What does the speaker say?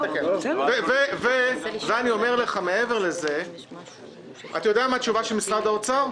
התשובה של משרד האוצר?